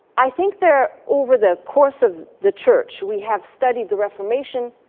i think there over the course of the church, we have studied the reformation